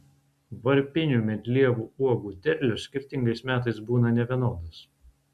varpinių medlievų uogų derlius skirtingais metais būna nevienodas